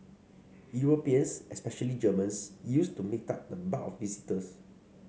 Europeans especially Germans used to make up the bulk of visitors